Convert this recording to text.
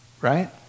right